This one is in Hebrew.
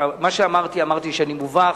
מה שאמרתי, אמרתי שאני מובך,